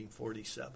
1947